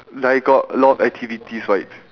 like got a lot of activities right